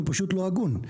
הוא פשוט לא הגון,